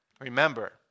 Remember